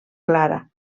clara